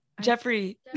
Jeffrey